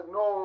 no